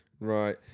Right